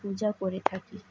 পূজা করে থাকি